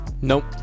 nope